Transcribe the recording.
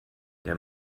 der